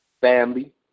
family